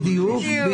בדיוק.